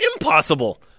impossible